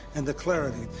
and the clarity.